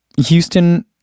Houston